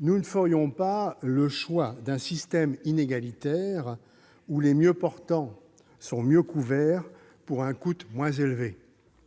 nous ne ferions pas le choix d'un système inégalitaire, dans lequel les mieux portants sont mieux couverts pour un coût moins élevé